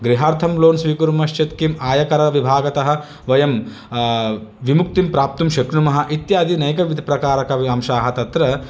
गृहार्थं loan स्वीकुर्मश्चेत् किम् आयकरविभागतः वयं विमुक्तिं प्राप्तुं शक्नुमः इत्यादि नैकविदप्रकारक अंशाः तत्र